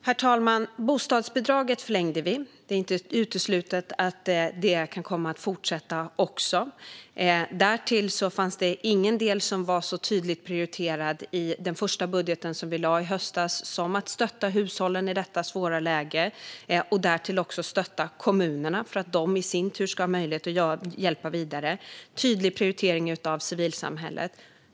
Herr talman! Bostadsbidraget har vi förlängt, och det är inte uteslutet att det kan komma att fortsätta. Ingen del i den första budget vi lade fram i höstas var så tydligt prioriterad som att stötta hushållen i detta svåra läge och därtill stötta kommunerna så att de i sin tur har möjlighet att hjälpa vidare. Det sker en tydlig prioritering av civilsamhället.